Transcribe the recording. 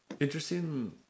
Interesting